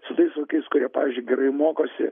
su tais vaikais kurie pavyzdžiui gerai mokosi